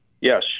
Yes